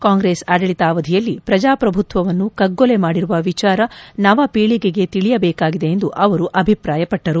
ಕಾಂಗ್ರೆಸ್ ಆದಳಿತಾವಧಿಯಲ್ಲಿ ಪ್ರಜಾಪ್ರಭುತ್ವವನ್ನು ಕಗ್ಗೊಲೆ ಮಾಡಿರುವ ವಿಚಾರ ನವ ಪೀಳಿಗೆಗೆ ತಿಳಿಯಬೇಕಾಗಿದೆ ಎಂದು ಅವರು ಅಭಿಪ್ರಾಯಪಟ್ಟರು